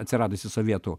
atsiradusi sovietų